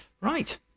right